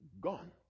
gone